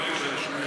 שנמתין?